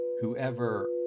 Whoever